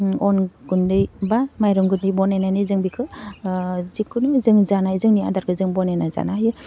अन गुन्दै बा माइरं गुन्दै बनायनानै जों बेखौ जिखुनु जों जानाय जोंनि आदारखौ जों बनायना जानो हायो